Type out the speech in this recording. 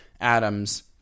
atoms